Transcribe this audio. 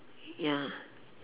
ya